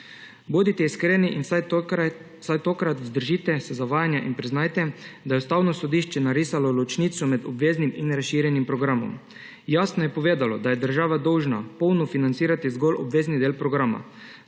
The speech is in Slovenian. Bodite iskreni in se vsaj tokrat vzdržite zavajanja in priznajte, da je Ustavno sodišče narisalo ločnico med obveznim in razširjenim programom. Jasno je povedalo, da je država dolžna polno financirati zgolj obvezni del programa.